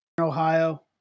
Ohio